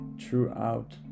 throughout